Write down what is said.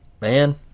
man